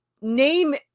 name